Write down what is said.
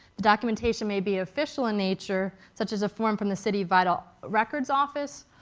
the documentation might be official in nature, such as a form from the city vital records office,